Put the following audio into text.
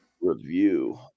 review